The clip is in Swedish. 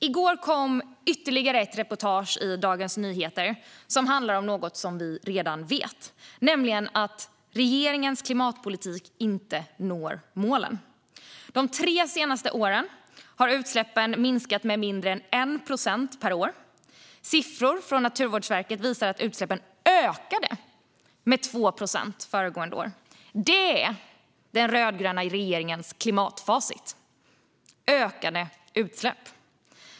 I går kom ytterligare ett reportage i Dagens Nyheter som handlar om något som vi redan vet, nämligen att regeringens klimatpolitik inte når målen. De tre senaste åren har utsläppen minskat med mindre än 1 procent per år. Siffror från Naturvårdsverket visar att utsläppen ökade med 2 procent föregående år. Det är den rödgröna regeringens klimatfacit - ökade utsläpp.